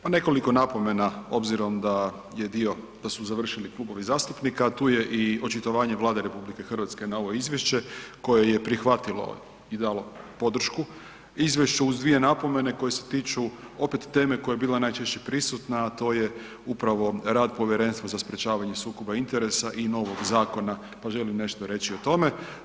Pa nekoliko napomena, obzirom da je dio, da su završili klubovi zastupnika, a tu je i očitovanje Vlade RH na ovo izvješće koje je prihvatilo i dalo podršku izvješću uz dvije napomene koje se tiču opet teme koja je bila najčešće prisutna, a to je upravo rad Povjerenstava za sprječavanje sukoba interesa i novog zakona, pa želim nešto reći o tome.